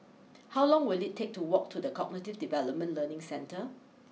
how long will it take to walk to the Cognitive Development Learning Centre